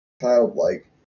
childlike